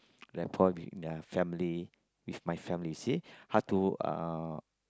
like problem with their family with my family see how to uh